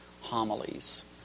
homilies